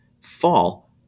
fall